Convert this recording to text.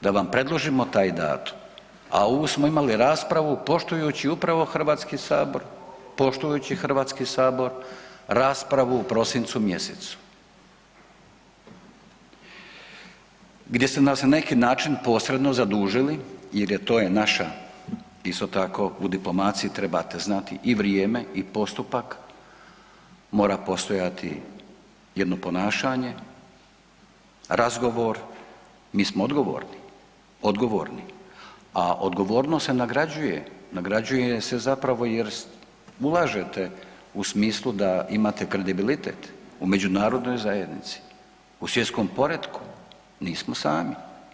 da vam predložimo taj datum, a ovu smo imali raspravu poštujući upravo HS, poštujući HS, raspravu u prosincu mjesecu gdje su nas na neki način posredno zadužili jer je to je naša isto tako u diplomaciji trebate znati i vrijeme i postupak, mora postojati jedno ponašanje, razgovor, mi smo odgovorni, odgovorni, a odgovornost se nagrađuje, nagrađuje se zapravo jer ulažete u smislu da imate kredibilitet u međunarodnoj zajednici, u svjetskom poretku, nismo sami.